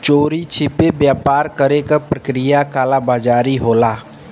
चोरी छिपे व्यापार करे क प्रक्रिया कालाबाज़ारी होला